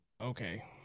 Okay